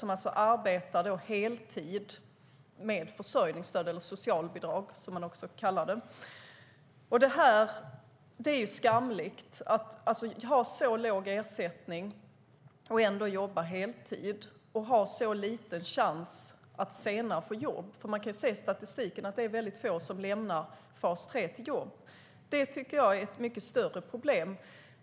Man arbetar alltså heltid och har försörjningsstöd, eller socialbidrag som det också kallas. Det är skamligt att ha så låg ersättning och ändå jobba heltid, och ha så liten chans att senare få jobb. Man kan nämligen se i statistiken att det är väldigt få som lämnar fas 3 och får jobb. Det tycker jag är ett mycket större problem.